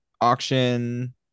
Auction